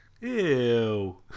Ew